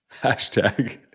Hashtag